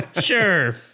Sure